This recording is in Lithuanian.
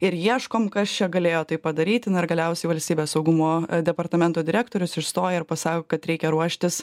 ir ieškom kas čia galėjo tai padaryti na ir galiausiai valstybės saugumo departamento direktorius išstoja ir pasako kad reikia ruoštis